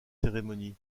cérémonie